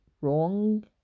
wrong